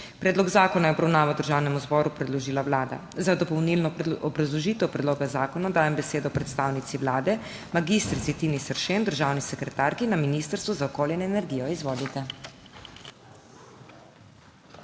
Predlog zakona je v obravnavo Državnemu zboru predložila Vlada. Za dopolnilno obrazložitev predloga zakona dajem besedo predstavnici Vlade mag. Tini Seršen, državni sekretarki na Ministrstvu za okolje in energijo. Izvolite.